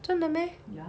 真的 meh